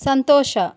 ಸಂತೋಷ